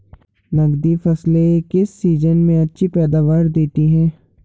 नकदी फसलें किस सीजन में अच्छी पैदावार देतीं हैं?